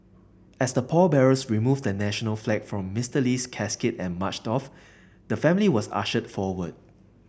as the pallbearers removed the national flag from Mister Lee's casket and marched off the family was ushered forward